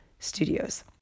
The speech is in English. Studios